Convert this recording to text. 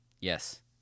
Yes